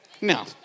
No